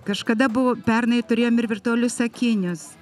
kažkada buvo pernai turėjom ir virtualius akinius